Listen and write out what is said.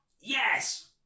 Yes